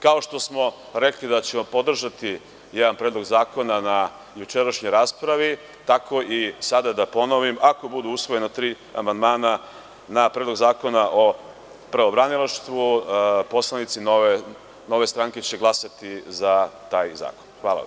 Kao što smo rekli da ćemo podržati jedan predlog zakona, na jučerašnjoj raspravi, tako i sada da ponovim – ako budu usvojena tri amandmana na Predlog Zakona o pravobranilaštvu, poslanici NS će glasati za taj zakon.